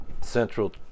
central